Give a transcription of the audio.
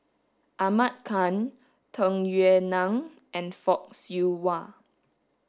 Ahmad Khan Tung Yue Nang and Fock Siew Wah